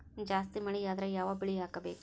ಜಾಸ್ತಿ ಮಳಿ ಆದ್ರ ಯಾವ ಬೆಳಿ ಹಾಕಬೇಕು?